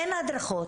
אין הדרכות,